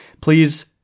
please